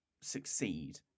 succeed